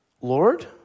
Lord